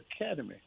academy